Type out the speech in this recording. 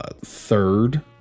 Third